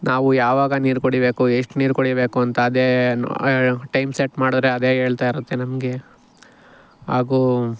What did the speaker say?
ನಾವು ಯಾವಾಗ ನೀರು ಕುಡಿಬೇಕು ಎಷ್ಟು ನೀರು ಕುಡಿಬೇಕು ಅಂತ ಅದೇ ಟೈಮ್ ಸೆಟ್ ಮಾಡಿದ್ರೆ ಅದೇ ಹೇಳ್ತಾಯಿರತ್ತೆ ನಮಗೆ ಹಾಗೂ